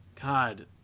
God